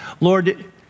Lord